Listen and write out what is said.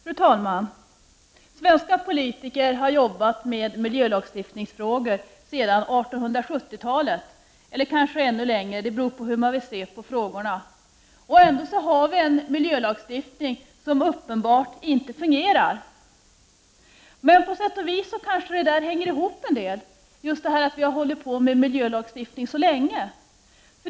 Fru talman! Svenska politiker har arbetat med miljölagstiftningsfrågor ända sedan 1870-talet, eller kanske t.o.m. ännu längre — det beror på hur man vill se på frågorna. Ändå har vi en miljölagstiftning som uppenbarligen inte fungerar. Men detta hänger kanske ihop med att vi har arbetat med miljölagstiftningen så länge.